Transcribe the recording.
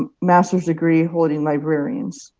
masters degree holding librarians.